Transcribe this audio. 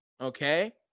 okay